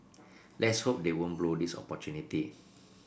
let's hope they won't blow this opportunity